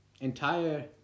entire